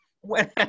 when-